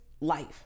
life